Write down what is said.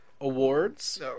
awards